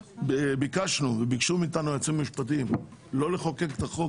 ביקשנו וביקשו מאיתנו היועצים המשפטיים לא לחוקק את החוק